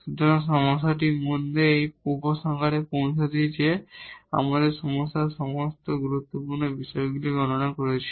সুতরাং এই সমস্যার মধ্যে আবার এই উপসংহারে পৌঁছাতে যে আমরা সমস্যার সমস্ত গুরুত্বপূর্ণ বিষয়গুলি গণনা করেছি